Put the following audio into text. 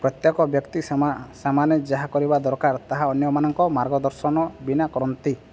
ପ୍ରତ୍ୟେକ ବ୍ୟକ୍ତି ସେମା ସେମାନେ ଯାହା କରିବା ଦରକାର ତାହା ଅନ୍ୟମାନଙ୍କ ମାର୍ଗ ଦର୍ଶନ ବିନା କରନ୍ତି